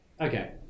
Okay